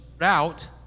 out